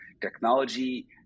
technology